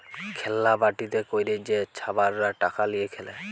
খেল্লা বাটিতে ক্যইরে যে ছাবালরা টাকা লিঁয়ে খেলে